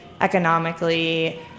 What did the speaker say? economically